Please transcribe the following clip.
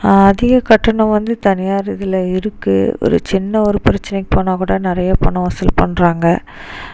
அதிக கட்டணம் வந்து தனியார் இதில் இருக்குது ஒரு சின்ன ஒரு பிரச்சனைக்கு போனால் கூட நிறையா பணம் வசூல் பண்ணுறாங்க